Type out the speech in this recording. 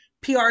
PR